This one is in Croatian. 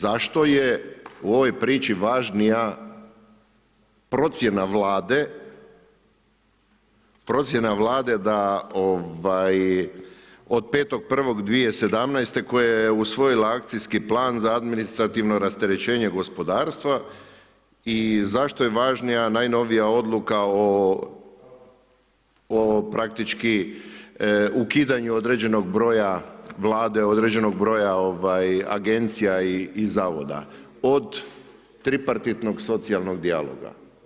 Zašto je u ovoj priči važnija procjena vlade procjena vlade da od 5.1.2017. koja je usvojila akcijski plan za administrativno rasterećenje gospodarstva i zašto je važnija najnovija odluka o praktički ukidanju određenog broja vlade, određenog broja agencija i zavoda od tripartitnog socijalnog dijaloga?